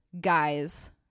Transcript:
guys